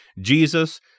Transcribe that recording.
Jesus